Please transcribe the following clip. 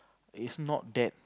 it's not that